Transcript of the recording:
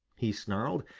he snarled.